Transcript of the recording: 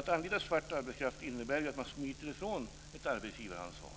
Att anlita svart arbetskraft innebär att man smiter ifrån ett arbetsgivaransvar.